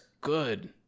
good